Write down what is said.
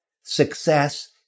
Success